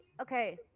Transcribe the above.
okay